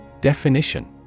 Definition